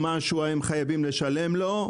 הם חייבים לשלם לו.